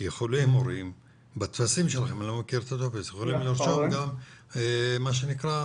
כי יכולים הורים בטפסים שלכם לרשום גם מה שנקרא,